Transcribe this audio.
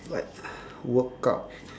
like workout